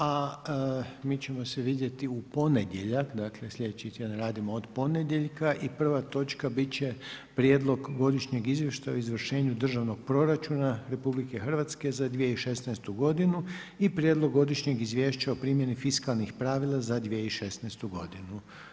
A mi ćemo se vidjeti u ponedjeljak, dakle slijedeći tjedan radimo od ponedjeljka i prva točka bit će Prijedlog godišnjeg izvještaja o izvršenju državnog proračuna Republike Hrvatske za 2016. godinu i Prijedlog godišnjeg izvješća o primjeni fiskalnih pravila za 2016. godinu.